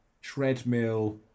treadmill